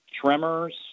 tremors